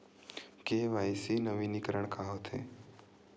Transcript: KYC नवीनीकरण का होथे?